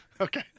Okay